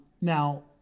Now